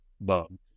bug